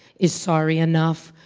is sorry enough?